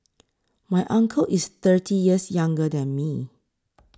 my uncle is thirty years younger than me